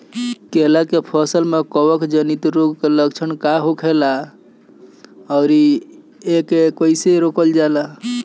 केला के फसल में कवक जनित रोग के लक्षण का होखेला तथा एके कइसे रोकल जाला?